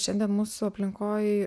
šiandien mūsų aplinkoj